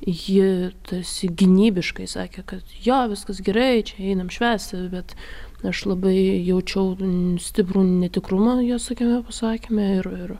ji tasi gynybiškai sakė kad jo viskas gerai čia einam švęsti bet aš labai jaučiau stiprų netikrumą jos tokiame pasakyme ir ir